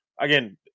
Again